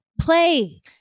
play